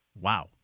Wow